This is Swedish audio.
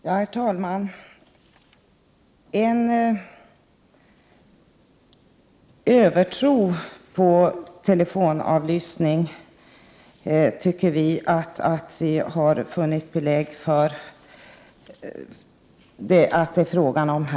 Herr talman! Vi i vpk tycker oss ha funnit belägg för att man har en övertro = 1juni 1989 på telefonavlyssningen.